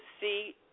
see